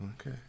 okay